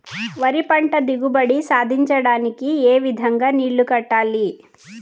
వరి పంట దిగుబడి సాధించడానికి, ఏ విధంగా నీళ్లు కట్టాలి?